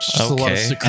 Okay